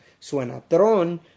Suenatron